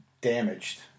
damaged